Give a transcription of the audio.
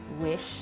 wish